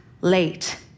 late